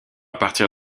partir